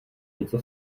něco